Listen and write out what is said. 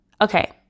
Okay